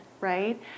right